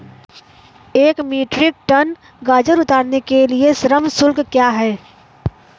एक metric tonne गाजर उतारने के लिए श्रम शुल्क क्या है?